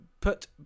put